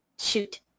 Shoot